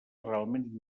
realment